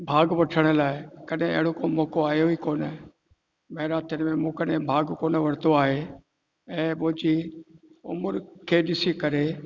भाग वठण लाइ कॾहिं अहिड़ो को मौक़ो आयो ई कोन्हे मैराथन में मूं कॾहिं भाग कोन वरितो आहे ऐं मुंहिंजी उमिरि खे ॾिसी करे